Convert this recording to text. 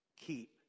Keep